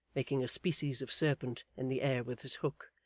making a species of serpent in the air with his hook.